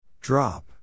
Drop